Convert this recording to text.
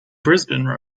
brisbane